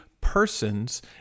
persons